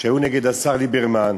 שהיו נגד השר ליברמן,